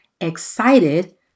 excited